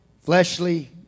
fleshly